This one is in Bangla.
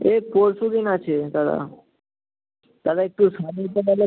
এই পরশু দিন আছে দাদা দাদা একটু সারিয়ে দিতে পারলে